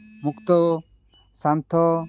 ମୁକ୍ତ ଶାନ୍ତ